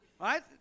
right